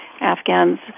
Afghans